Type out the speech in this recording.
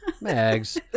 mags